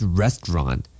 restaurant